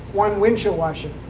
one windshield washer.